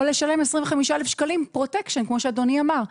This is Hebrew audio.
או לשלם 25,000 שקלים פרוטקשן כמו שאדוני אמר.